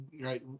right